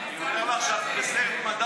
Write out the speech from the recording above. אתם עכשיו בסרט מדע